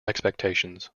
expectations